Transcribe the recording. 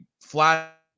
flat